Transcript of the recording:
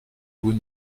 vous